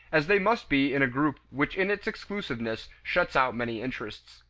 as they must be in a group which in its exclusiveness shuts out many interests.